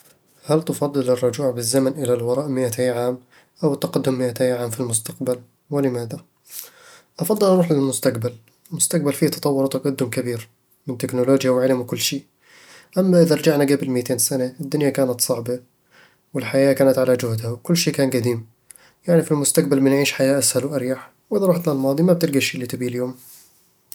هل تفضل الرجوع بالزمن إلى الوراء مئتي عام، أو التقدّم مئتي عام في المستقبل؟ ولماذا؟ أفضّل أروح للمستقبل. المستقبل فيه تطوّر وتقدّم كبير، من تكنولوجيا وعلم وكل شي أما إذا رجعنا قبل ميتين سنة، الدنيا كانت صعبة والحياة كانت على جهدها، وكل شيء كان قديم يعني في المستقبل بنعيش حياة أسهل وأريح، وإذا رحت للماضي، ما بتلقى الشي اللي تبيّه اليوم